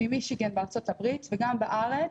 ממישיגן בארצות הברית וגם בארץ,